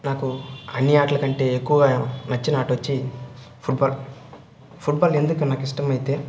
నాకు అన్ని ఆటలకంటే ఎక్కువగా నచ్చిన ఆటొచ్చి ఫుట్బాల్ ఫుట్బాల్ ఎందుకు నాకిష్టమయితే